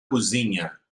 cozinha